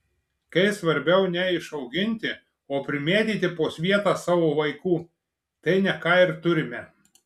kai svarbiau ne išauginti o primėtyti po svietą savo vaikų tai ne ką ir turime